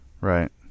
Right